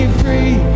free